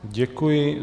Děkuji.